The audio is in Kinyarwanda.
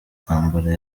intambara